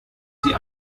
sie